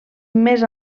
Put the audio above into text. més